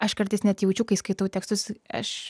aš kartais net jaučiu kai skaitau tekstus aš